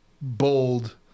bold